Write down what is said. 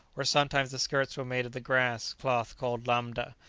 or sometimes the skirts were made of the grass cloth called lambda,